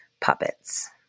puppets